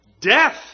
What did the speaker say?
Death